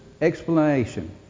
explanation